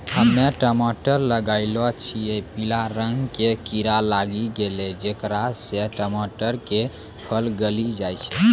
हम्मे टमाटर लगैलो छियै पीला रंग के कीड़ा लागी गैलै जेकरा से टमाटर के फल गली जाय छै?